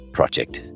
Project